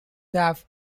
have